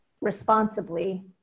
responsibly